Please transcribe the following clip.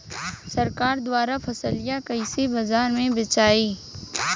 सरकार द्वारा फसलिया कईसे बाजार में बेचाई?